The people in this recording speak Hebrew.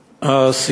אהרונוביץ,